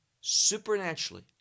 supernaturally